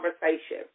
conversation